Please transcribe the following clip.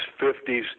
50s